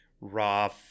raw